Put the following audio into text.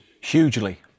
Hugely